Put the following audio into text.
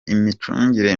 imicungire